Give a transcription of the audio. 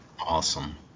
Awesome